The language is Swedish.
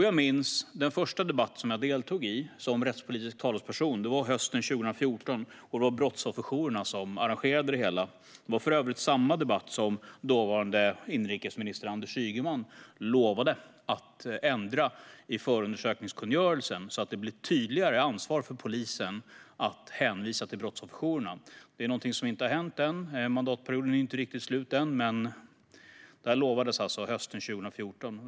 Jag minns den första debatt jag deltog i som rättspolitisk talesperson. Det var hösten 2014, och det var brottsofferjourerna som arrangerade det hela. Det var för övrigt i samma debatt som dåvarande inrikesminister Anders Ygeman lovade att ändra i förundersökningskungörelsen så att det blir ett tydligare ansvar för polisen att hänvisa till brottsofferjourerna. Detta har ännu inte hänt. Mandatperioden är inte riktigt slut än, men det här utlovades alltså hösten 2014.